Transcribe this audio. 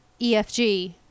EFG